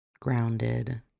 grounded